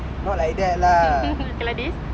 not like that lah